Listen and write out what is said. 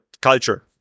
culture